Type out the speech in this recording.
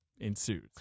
ensues